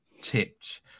tipped